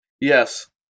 Yes